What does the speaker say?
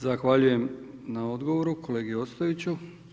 Zahvaljujem na odgovoru kolegi Ostojiću.